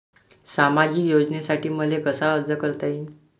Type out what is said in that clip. सामाजिक योजनेसाठी मले कसा अर्ज करता येईन?